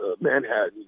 Manhattan